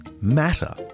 matter